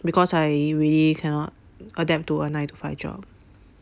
because I really cannot adapt to a nine to five job